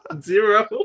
Zero